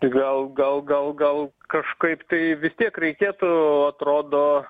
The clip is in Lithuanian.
tai gal gal gal gal kažkaip tai vis tiek reikėtų atrodo